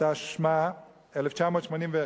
התשמ"א 1981,